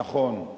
נכון.